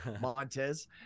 Montez